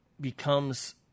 becomes